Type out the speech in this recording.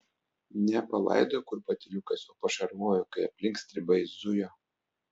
ne palaidojo kur patyliukais o pašarvojo kai aplink stribai zujo